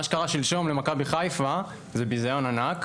מה שקרה שלשום למכבי חיפה זה ביזיון ענק.